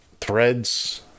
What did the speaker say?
threads